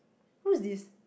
who's this